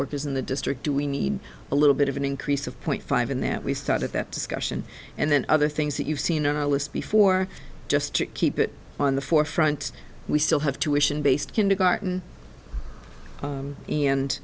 workers in the district do we need a little bit of an increase of five in that we started that discussion and then other things that you've seen on our list before just to keep it on the forefront we still have to ration based kindergarten